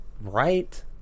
right